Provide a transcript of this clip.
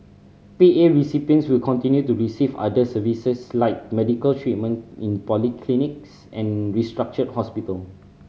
P A recipients who continue to receive other services like medical treatment in polyclinics and restructured hospital